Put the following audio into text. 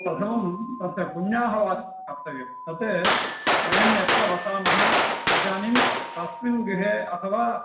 प्रथमं तस्य पुण्याहवाचनं कर्तव्यं तत् वयं यत्र वसामः इदानीं तस्मिन् गृहे अथवा